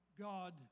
God